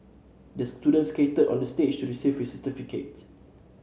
the student skated onto the stage to receive his certificate